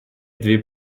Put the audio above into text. дві